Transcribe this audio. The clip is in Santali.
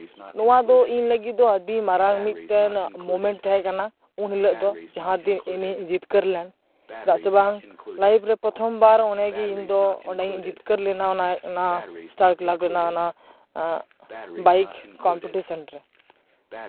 ᱱᱚᱣᱟ ᱫᱚ ᱤᱧ ᱞᱟᱹᱜᱤᱫ ᱫᱚ ᱟᱹᱰᱤ ᱢᱟᱨᱟᱝ ᱢᱤᱫᱴᱮᱱ ᱢᱳᱢᱮᱱᱴ ᱛᱟᱦᱮᱸ ᱠᱟᱱᱟ ᱩᱱ ᱦᱤᱞᱳᱜ ᱫᱚ ᱡᱟᱦᱟᱸ ᱫᱤᱱ ᱤᱧᱤᱧ ᱡᱤᱛᱠᱟᱹᱨ ᱞᱮᱱ ᱪᱮᱫᱟᱜ ᱥᱮᱵᱟᱝ ᱞᱟᱭᱤᱯᱷ ᱨᱮ ᱯᱨᱚᱛᱷᱚᱢ ᱵᱟᱨ ᱚᱸᱰᱮᱜᱮ ᱤᱧ ᱫᱚ ᱚᱸᱰᱮᱧ ᱡᱤᱛᱠᱟᱹᱨ ᱞᱮᱱᱟ ᱚᱱᱟ ᱚᱱᱟ ᱥᱴᱟᱨ ᱠᱞᱟᱵᱽ ᱨᱮᱱᱟᱜ ᱚᱱᱟ ᱵᱟᱭᱤᱠ ᱠᱚᱢᱯᱤᱴᱤᱥᱮᱱ ᱨᱮ